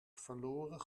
verloren